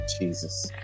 Jesus